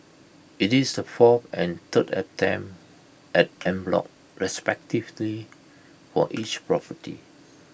IT is the fourth and third attempt at en bloc respectively for each property